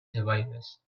survivors